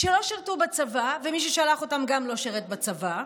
שלא שירתו בצבא ומי ששלח אותם גם לא שירת בצבא,